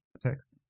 text